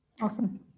awesome